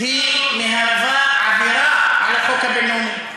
ירושלים, היא עבירה על החוק הבין-לאומי.